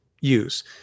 use